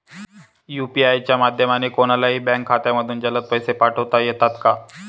UPI च्या माध्यमाने कोणलाही बँक खात्यामधून जलद पैसे पाठवता येतात का?